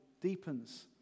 deepens